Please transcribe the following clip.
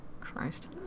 Christ